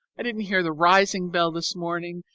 i didn't hear the rising bell this morning,